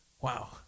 Wow